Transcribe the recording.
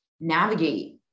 navigate